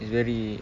is very